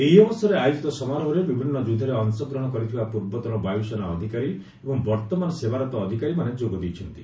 ଏହି ଅବସରରେ ଆୟୋଜିତ ସମାରୋହରେ ବିଭିନ୍ନ ଯୁଦ୍ଧରେ ଅଂଶଗ୍ରହଣ କରିଥିବା ପୂର୍ବତନ ବାୟୁସେନା ଅଧିକାରୀ ଏବଂ ବର୍ତ୍ତମାନ ସେବାରତ ଅଧିକାରୀମାନେ ଯୋଗ ଦେଇଛନ୍ତି